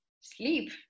sleep